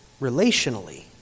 relationally